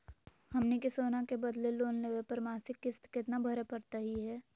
हमनी के सोना के बदले लोन लेवे पर मासिक किस्त केतना भरै परतही हे?